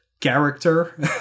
character